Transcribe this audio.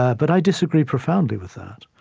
ah but i disagree profoundly with that.